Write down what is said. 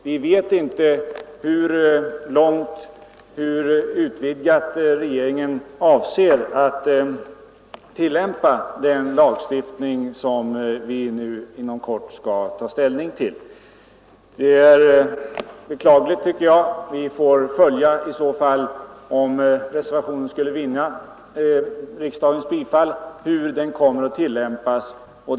Vi vet inte i hur stor utsträckning regeringen avser att tillämpa den lagstiftning som vi nu inom kort skall ta ställning till. Jag tycker att detta är beklagligt. Vi får om reservationen skulle vinna riksdagens bifall noggrant följa regeringens tillämpning av lagen.